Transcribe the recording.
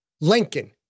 Lincoln